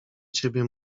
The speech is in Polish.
ciebie